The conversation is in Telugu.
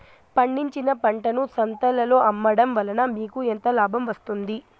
పండించిన పంటను సంతలలో అమ్మడం వలన మీకు ఎంత లాభం వస్తుంది?